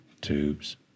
Tubes